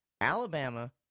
Alabama